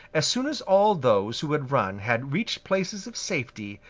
as soon as all those who had run had reached places of safety,